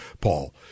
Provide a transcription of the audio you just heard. Paul